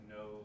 no